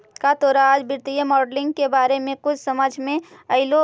का तोरा आज वित्तीय मॉडलिंग के बारे में कुछ समझ मे अयलो?